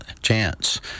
chance